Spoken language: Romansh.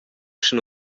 sche